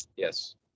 Yes